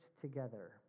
together